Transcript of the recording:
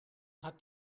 hat